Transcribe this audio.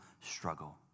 struggle